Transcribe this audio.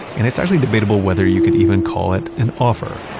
and it's actually debatable whether you could even call it an offer.